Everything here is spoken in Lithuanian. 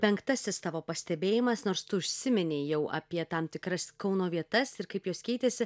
penktasis tavo pastebėjimas nors tu užsiminei jau apie tam tikras kauno vietas ir kaip jos keitėsi